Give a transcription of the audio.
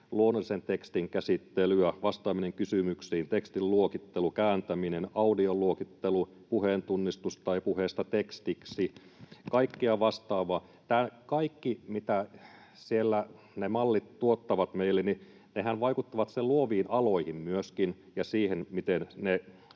luonnollisen tekstin käsittelyä, vastaamista kysymyksiin, tekstin luokittelua, kääntämistä, audioluokittelua, puheentunnistusta tai puheesta tekstiksi, kaikkea vastaavaa. Kaikkihan, mitä ne mallit siellä tuottavat meille, vaikuttavat myöskin sen luoviin aloihin ja siihen, miten ne